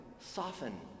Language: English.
Soften